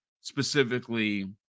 specifically